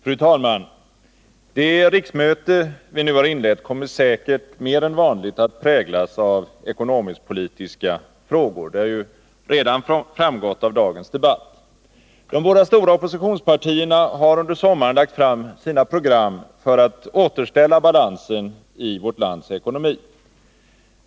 Fru talman! Det riksmöte vi nu har inlett kommer säkert mer än vanligt att präglas av ekonomisk-politiska frågor — det har ju redan framgått av dagens debatt. De båda stora oppositionspartierna har under sommaren lagt fram sina program för att återställa balansen i vårt lands ekonomi.